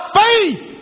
faith